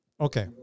Okay